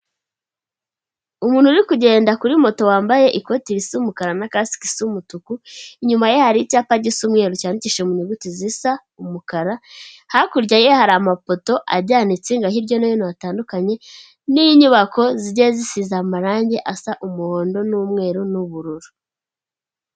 Umuntu uri kugenda kuri moto wambaye ikoti risa umukara na kasike isa umutuku, inyuma ye hari icyapa gisa mweru cyandikishije mu nyuguti zisa umukara, hakurya ye hari amapoto ajyana insinga hirya no hino hatandukanye n'inyubako zigiye zisize amarangi asa umuhondo n'umweru n'ubururu.